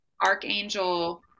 Archangel